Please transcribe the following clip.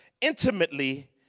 intimately